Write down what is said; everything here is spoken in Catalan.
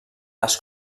les